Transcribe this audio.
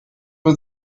was